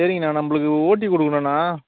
சரிங்கண்ணா நம்மளுக்கு ஓட்டி கொடுக்கணுண்ணா